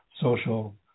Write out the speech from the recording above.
social